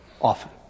often